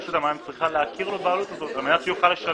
רשות המים צריכה להכיר לו בעלות על מנת שיוכל לשלם את זה.